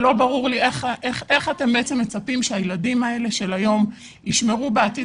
לא ברור לי איך אתם מצפים שהילדים האלה של היום ישמרו בעתיד